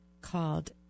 called